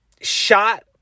shot